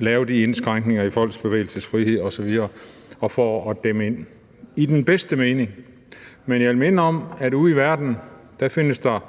lave de indskrænkninger i folks bevægelsesfrihed osv. og for at dæmme ind – i den bedste mening. Men jeg vil minde om, at ude i verden findes der